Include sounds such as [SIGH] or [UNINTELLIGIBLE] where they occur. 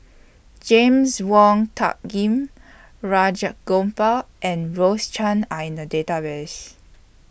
James Wong Tuck [UNINTELLIGIBLE] Rajah Gopal and Rose Chan Are in The Database